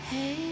Hey